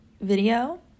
video